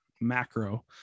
macro